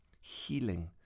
healing